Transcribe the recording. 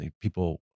people